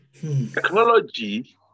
Technology